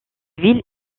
ville